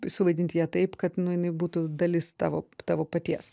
suvaidinti ją taip kad nu jinai būtų dalis tavo tavo paties